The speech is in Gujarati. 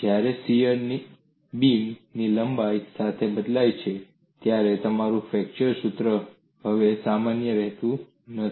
જ્યારે શીયર બીમની લંબાઈ સાથે બદલાય છે ત્યારે તમારું ફ્લેક્ચર સૂત્ર હવે માન્ય રહેતું નથી